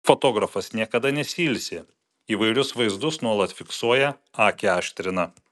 o šiaip fotografas niekada nesiilsi įvairius vaizdus nuolat fiksuoja akį aštrina